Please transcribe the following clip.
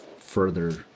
further